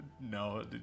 No